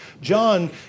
John